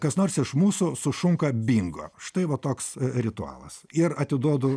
kas nors iš mūsų sušunka bingo štai va toks ritualas ir atiduodu